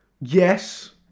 Yes